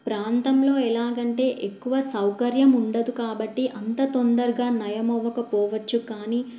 ప్రాంతంలో ఎలాగంటే ఎక్కువ సౌకర్యం ఉండదు కాబట్టి అంత తొందరగా నయమవ్వకపోవచ్చు కానీ